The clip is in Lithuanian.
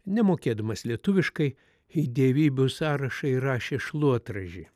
nemokėdamas lietuviškai į dievybių sąrašą įrašė šluotražį